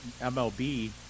MLB